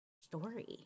Story